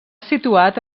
situat